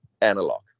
analog